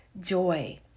joy